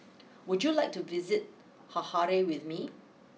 would you like to visit Harare with me